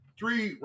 three